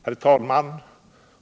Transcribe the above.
Herr talman!